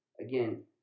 again